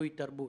תלוי תרבות.